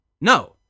No